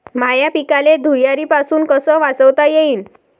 माह्या पिकाले धुयारीपासुन कस वाचवता येईन?